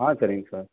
ஆ சரிங்க சார்